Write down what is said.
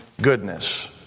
goodness